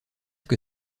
que